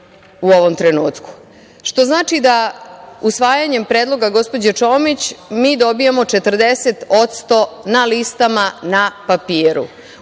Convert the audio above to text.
u ovom trenutku. To znači da usvajanjem predloga gospođe Čomić mi dobijamo 40% na listama na papiru.